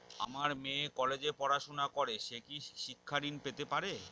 আমার মেয়ে কলেজে পড়াশোনা করে সে কি শিক্ষা ঋণ পেতে পারে?